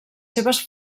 seves